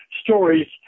stories